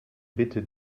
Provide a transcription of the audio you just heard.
bitte